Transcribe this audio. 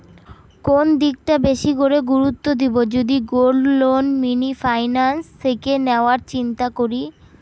কোন দিকটা বেশি করে গুরুত্ব দেব যদি গোল্ড লোন মিনি ফাইন্যান্স থেকে নেওয়ার চিন্তা করি?